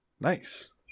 Nice